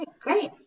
Great